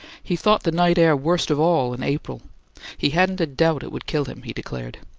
he thought the night air worst of all in april he hadn't a doubt it would kill him, he declared.